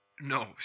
No